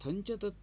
कथञ्चित्